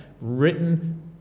written